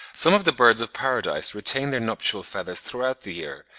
some of the birds of paradise retain their nuptial feathers throughout the year,